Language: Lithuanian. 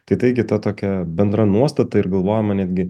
tai taigi ta tokia bendra nuostata ir galvojama netgi